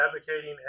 advocating